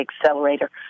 accelerator